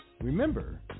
Remember